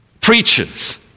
preachers